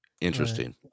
Interesting